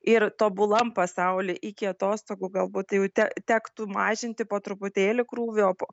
ir tobulam pasauly iki atostogų galbūt jau te tektų mažinti po truputėlį krūvio po